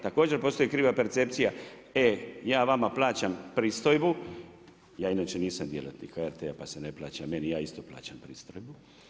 Također postoji kriva percepcija, e ja vama plaćam pristojbu, ja inače nisam djelatnik HRT-a pa se neplaćan, ja isto plaćam pristojbu.